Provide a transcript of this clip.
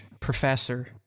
professor